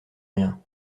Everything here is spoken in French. rien